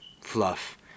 fluff